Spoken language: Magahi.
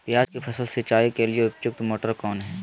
प्याज की फसल सिंचाई के लिए उपयुक्त मोटर कौन है?